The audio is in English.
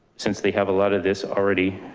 since they have a lot of this already,